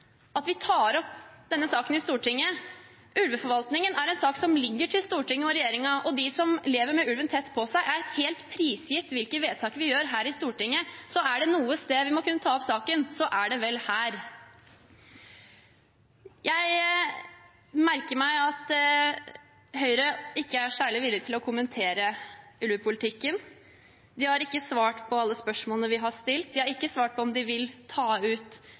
Ulveforvaltningen er en sak som ligger til Stortinget og regjeringen, og de som lever med ulven tett på seg, er helt prisgitt vedtakene vi gjør her i Stortinget. Er det noe sted vi må kunne ta opp saken, er det vel her. Jeg merker meg at Høyre ikke er særlig villig til å kommentere ulvepolitikken. De har ikke svart på alle spørsmålene vi har stilt. De har ikke svart på om de vil ta ut